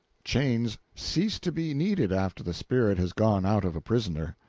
chains cease to be needed after the spirit has gone out of a prisoner.